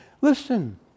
Listen